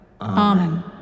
Amen